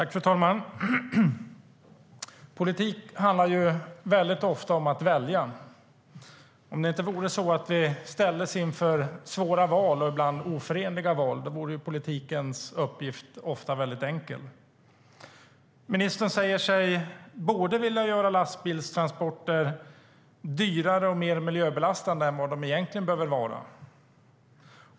Fru talman! Politik handlar väldigt ofta om att välja. Om det inte vore så att vi ställdes inför svåra val och ibland oförenliga val vore politikens uppgift ofta väldigt enkel. Ministern säger sig vilja göra lastbilstransporter både dyrare och mer miljöbelastande än vad de egentligen behöver vara.